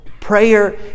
Prayer